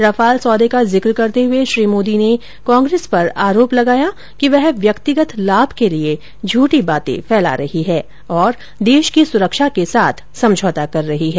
Rafale सौदे का जिक्र करते हुए श्री मोदी ने कांग्रेस पर आरोप लगाया कि वह व्यक्तिगत लाभ के लिए झूठी बातें फैला रही है और देश की सुरक्षा के साथ समझौता कर रही है